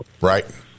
Right